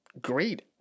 great